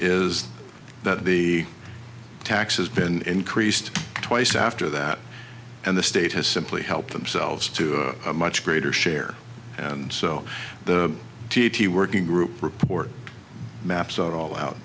is that the tax has been increased twice after that and the state has simply helped themselves to a much greater share and so the t t working group report maps out all out